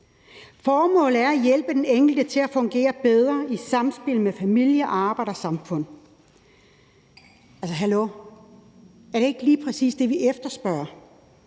Formålet er at hjælpe den enkelte til at fungere bedre i samspil med familie, arbejde og samfund. Altså, hallo! Er det ikke lige præcis det, vi efterspørger?